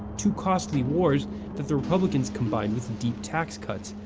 two costly wars that the republicans combined with deep tax cuts,